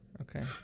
Okay